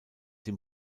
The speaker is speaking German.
dem